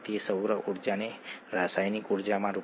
તેથી તે મોલ દીઠ લગભગ ૭